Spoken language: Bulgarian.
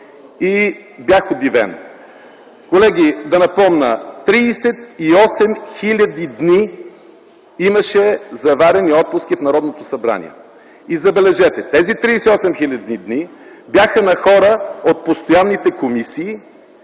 и бях удивен. Колеги, да напомня – 38 хил. дни имаше заварени отпуски в Народното събрание! Забележете, тези 38 хил. дни бяха на хора от постоянните комисии